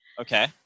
Okay